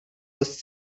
was